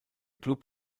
klub